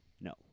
No